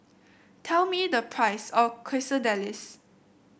tell me the price of Quesadillas